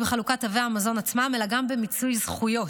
בחלוקת תווי המזון עצמם אלא גם במיצוי זכויות,